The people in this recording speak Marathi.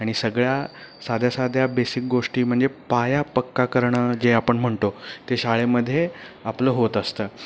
आणि सगळ्या साध्या साध्या बेसिक गोष्टी म्हणजे पाया पक्का करणं जे आपण म्हणतो ते शाळेमध्ये आपलं होत असतं